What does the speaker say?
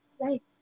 Right